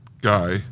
guy